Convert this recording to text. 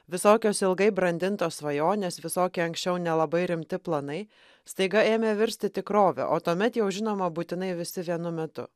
visokios ilgai brandintos svajonės visokie anksčiau nelabai rimti planai staiga ėmė virsti tikrove o tuomet jau žinoma būtinai visi vienu metu